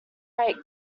right